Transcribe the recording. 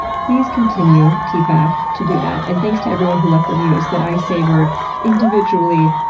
please continue, tipath, to do that. and thanks to everyone who left reviews, that i savored individually,